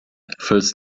falls